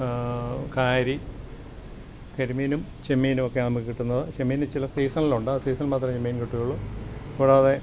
കാരി കരിമീനും ചെമ്മീനോക്കെയാണ് നമുക്ക് കിട്ടുന്നത് ചെമ്മീൻ ചില സീസണിലുണ്ട് ആ സീസണില് മാത്രമേ ചെമ്മീന് കിട്ടുവൊള്ളൂ കൂടാതെ